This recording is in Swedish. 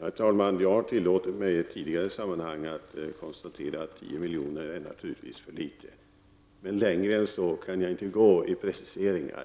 Herr talman! Jag har i tidigare sammanhang tillåtit mig att konstatera att 10 milj.kr. naturligtvis är för litet. Men längre än så i preciseringar kan jag inte